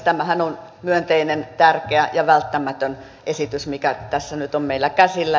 tämähän on myönteinen tärkeä ja välttämätön esitys mikä tässä nyt on meillä käsillä